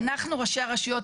אנחנו ראשי הרשויות,